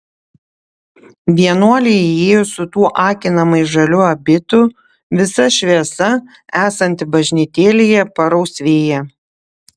vienuolei įėjus su tuo akinamai žaliu abitu visa šviesa esanti bažnytėlėje parausvėja